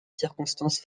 circonstances